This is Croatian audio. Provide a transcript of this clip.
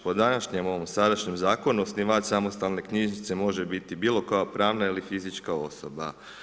Po današnjem, ovom sadašnjem zakonu osnivač samostalne knjižnice može biti bilo koja pravna ili fizička osoba.